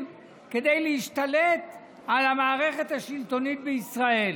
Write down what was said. כדי להשתלט על המערכת השלטונית בישראל.